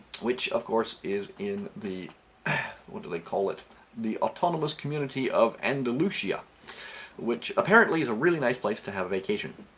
which of course is in the what do they call it the autonomous community of andalusia which apparently is a really nice place to have a vacation